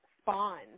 spawn